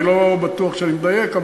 אני לא בטוח שאני מדייק.